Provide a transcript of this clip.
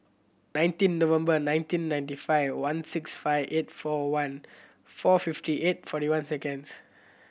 nineteen November nineteen ninety five one six five eight four one four fifty eight forty one seconds